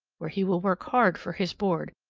where he will work hard for his board,